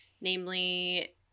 namely